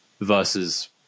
versus